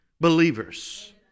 believers